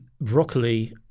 broccoli